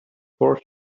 four